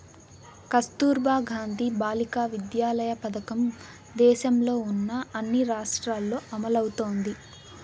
కస్తుర్బా గాంధీ బాలికా విద్యాలయ పథకం దేశంలో ఉన్న అన్ని రాష్ట్రాల్లో అమలవుతోంది